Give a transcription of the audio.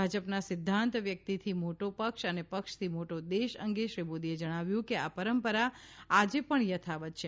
ભાજપના સિદ્ધાંત વ્યક્તિથી મોટો પક્ષ અને પક્ષથી મોટો દેશ અંગે શ્રી મોદીએ જણાવ્યું કે આ પરંપરા આજે પણ યથાવત્ છે